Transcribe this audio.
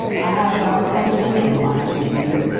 i have about come to an end of my business here.